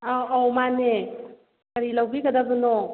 ꯑꯥ ꯑꯧ ꯃꯥꯅꯦ ꯀꯔꯤ ꯂꯧꯕꯤꯒꯗꯕꯅꯣ